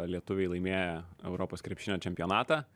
lietuviai laimėję europos krepšinio čempionatą